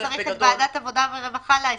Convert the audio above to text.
צריך את ועדת עבודה ורווחה לעדכן את זה.